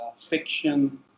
fiction